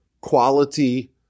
quality